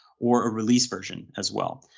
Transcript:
or a release version as well.